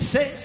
Say